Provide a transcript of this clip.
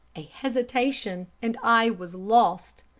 a hesitation, and i was lost.